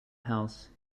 house